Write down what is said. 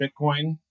Bitcoin